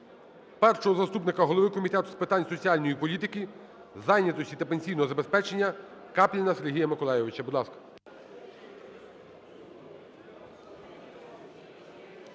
першого заступника голови Комітету з питань соціальної політики, зайнятості та пенсійного забезпечення Капліна Сергія Миколайовича,